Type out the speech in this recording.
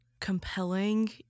compelling